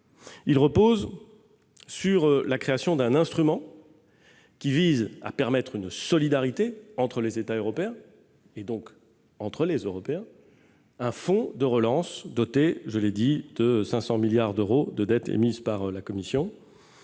pilier, la création d'un instrument qui permette une solidarité entre les États européens, et donc entre les citoyens européens, un fonds de relance doté, je l'ai dit, de 500 milliards d'euros de dettes émises par la Commission. Ce fonds